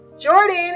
Jordan